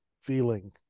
feeling